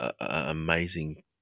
amazing